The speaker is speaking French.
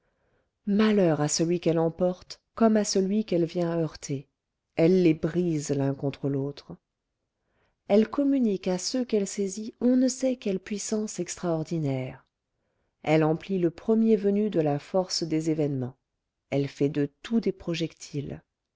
malheur à celui qu'elle emporte comme à celui qu'elle vient heurter elle les brise l'un contre l'autre elle communique à ceux qu'elle saisit on ne sait quelle puissance extraordinaire elle emplit le premier venu de la force des événements elle fait de tout des projectiles